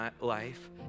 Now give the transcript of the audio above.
life